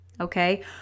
okay